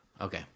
Okay